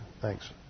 Thanks